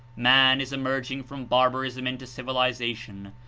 man is emerging from barbarism into civilization,